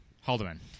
Haldeman